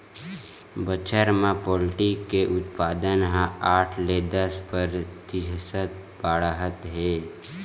बछर म पोल्टी के उत्पादन ह आठ ले दस परतिसत बाड़हत हे